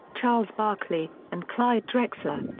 charles barkley, and clyde drexler.